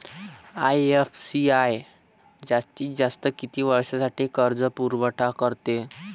IFCI जास्तीत जास्त किती वर्षासाठी कर्जपुरवठा करते?